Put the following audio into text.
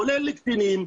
כולל קטינים,